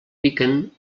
piquen